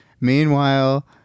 Meanwhile